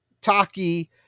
Taki